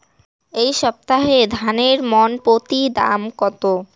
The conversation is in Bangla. এই সপ্তাহে ধানের মন প্রতি দাম কত?